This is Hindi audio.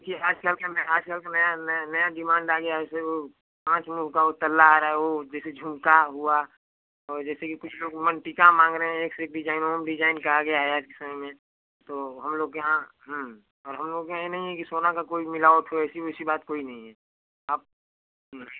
जी आज कल के न आजकल के नया नया नया डिमांड आ गया है सर पाँच मुहँ का उ तल्ला आ रहा है वो जैसे झुमका हुआ और जैसे की कुछ लोग मंगटिका मांग रहे हैं एक से एक डिजाइन ओम डिजाइन का आ गया हैआज कल में तो तो हम लोग के यहाँ हूँ और हम लोग के यहाँ ये नहीं है कि सोना का कोई मिलावट हो ऐसी वैसी बात कोई नहीं है आप हं